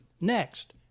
Next